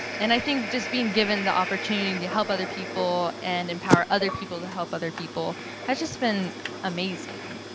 and i think just being given the opportunity to help other people and empower other people to help other people has just been amazing.